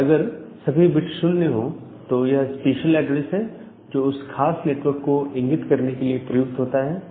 और अगर सभी बिट 0 हो तो यह एक स्पेशल एड्रेस है जो उस खास नेटवर्क को इंगित करने के लिए प्रयुक्त होता है